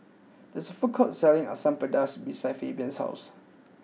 there is a food court selling Asam Pedas behind Fabian's house